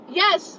yes